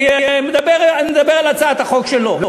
אני מדבר על הצעת החוק שלו.